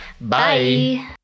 Bye